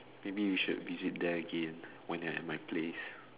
maybe you should visit there again when you're at my place